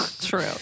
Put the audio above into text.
True